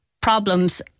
problems